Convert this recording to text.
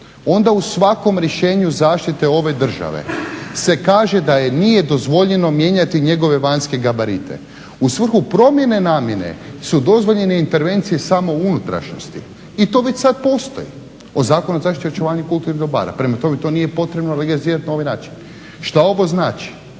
onda u svakom rješenju zaštite ove države se kaže da nije dozvoljeno mijenjati njegove vanjske gabarite. U svhru promjene namjene su dozvoljene intervencije samo u unutrašnjosti i to već sada postoji u Zakonu o zaštiti i očuvanju kulturnih dobara, prema tome to nije potrebno legalizirati na ovaj način. Što ovo znači